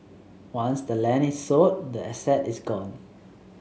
once the land is sold the asset is gone